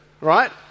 right